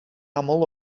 aml